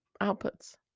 outputs